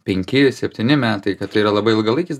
penki septyni metai kad tai yra labai ilgalaikis